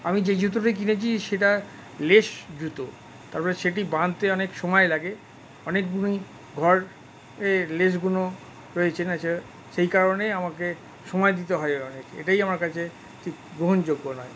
আমি যে জুতোটা কিনেছি সেটা লেশ জুতো তারপরে সেটি বাঁধতে অনেক সময় লাগে অনেকগুলি ঘরের লেশগুলো রয়েছে সেই কারণেই আমাকে সময় দিতে হয় অনেক এটাই আমার কাছে ঠিক গ্রহণযোগ্য নয়